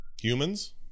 humans